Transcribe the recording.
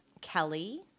kelly